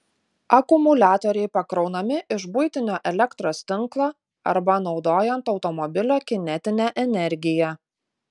akumuliatoriai pakraunami iš buitinio elektros tinklo arba naudojant automobilio kinetinę energiją